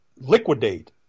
liquidate